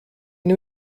new